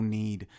need